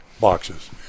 boxes